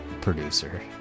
Producer